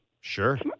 Sure